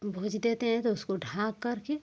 भूज देते हैं तो उसको ढक करके